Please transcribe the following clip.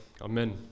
Amen